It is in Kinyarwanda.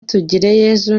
tugireyezu